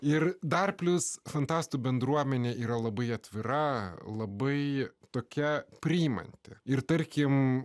ir dar plius fantastų bendruomenė yra labai atvira labai tokia priimanti ir tarkim